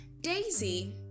Daisy